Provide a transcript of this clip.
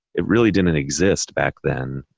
it really didn't and exist back then.